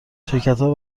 شرکتها